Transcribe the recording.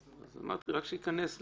אמרתי רק שיכנס לשולחן.